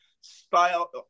style